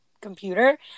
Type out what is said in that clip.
computer